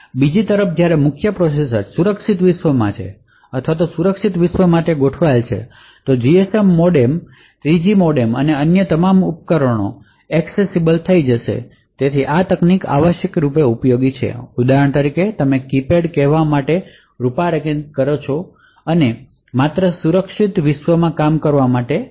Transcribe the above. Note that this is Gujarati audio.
બીજી તરફ જ્યારે મુખ્ય પ્રોસેસર સુરક્ષિત વિશ્વમાં છે અથવા સુરક્ષિત વિશ્વ માટે ગોઠવેલ છે તો જીએસએમ મોડેમ 3જી મોડેમ અને અન્ય તમામ ઉપકરણોનો એક્સેસ થઈ જશે તેથી આ તકનીક ઉપયોગી છે ઉદાહરણ તરીકે તમે કીપેડ ને માત્ર સુરક્ષિત વિશ્વમાં કામ કરવા માટે ક્ન્ફીગર કરવા માટે સક્ષમ છો